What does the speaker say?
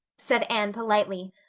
said anne politely,